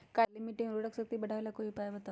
काली मिट्टी में उर्वरक शक्ति बढ़ावे ला कोई उपाय बताउ?